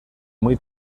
muy